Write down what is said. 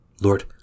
Lord